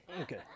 Okay